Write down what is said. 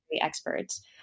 experts